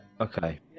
Okay